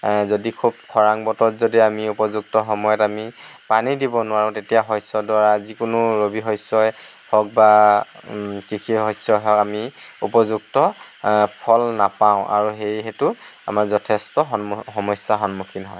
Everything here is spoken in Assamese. যদি খুব খৰাং বতৰত যদি আমি উপযুক্ত সময়ত আমি পানী দিব নোৱাৰোঁ তেতিয়া শস্যডৰা যিকোনো ৰবি শস্যই হওঁক বা কৃষি শস্যই হওঁক আমি উপযুক্ত ফল নাপাওঁ আৰু সেইহেতু আমাৰ যথেষ্ট সন্মু সমস্যাৰ সন্মুখীন হয়